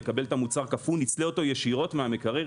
נקבל את המוצר קפוא ונצלה אותו ישירות מן המקפיא,